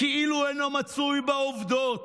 כאילו אינו מצוי בעובדות.